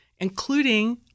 Including